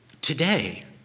Today